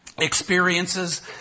Experiences